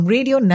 Radio